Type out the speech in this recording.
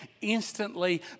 instantly